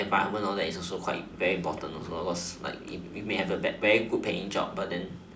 environment all that is also quite very important also cause like you may have a very good paying job but then